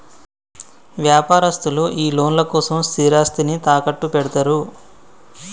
వ్యాపారస్తులు ఈ లోన్ల కోసం స్థిరాస్తిని తాకట్టుపెడ్తరు